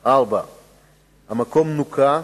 4. המקום נוקה,